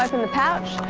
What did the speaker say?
open the pouch,